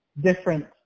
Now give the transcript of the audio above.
different